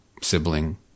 sibling